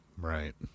Right